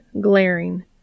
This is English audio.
glaring